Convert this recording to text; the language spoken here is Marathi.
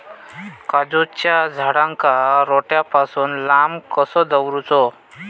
काजूच्या झाडांका रोट्या पासून लांब कसो दवरूचो?